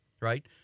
Right